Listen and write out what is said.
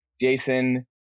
Jason